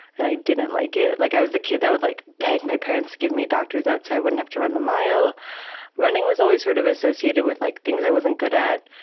and i didn't like it. like i was the kid that would like beg my parents to give me a doctor's note so i wouldn't have to run the mile running was always sort of associated with like things i wasn't good at,